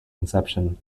inception